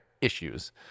issues